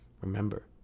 Remember